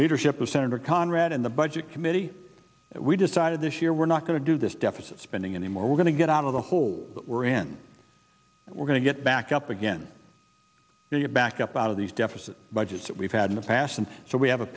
leadership of senator conrad in the budget committee we decided this year we're not going to do this deficit spending anymore we're going to get out of the hole we're in we're going to get back up again if you back up out of these deficit budget that we've had in the past and so we have a